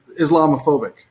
Islamophobic